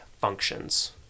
functions